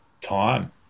time